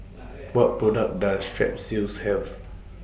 What products Does Strepsils Have